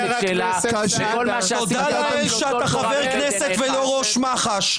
תודה לאל שאתה חבר כנסת ולא ראש מח"ש.